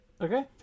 Okay